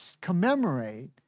commemorate